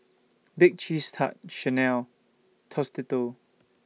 Bake Cheese Tart Chanel Tostitos